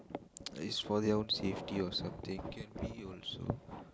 is for their own safety or something can be also